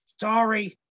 sorry